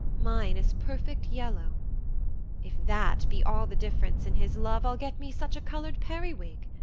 mine is perfect yellow if that be all the difference in his love, i'll get me such a colour'd periwig.